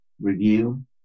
review